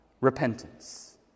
repentance